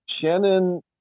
Shannon